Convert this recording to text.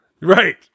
Right